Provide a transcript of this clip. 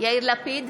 יאיר לפיד,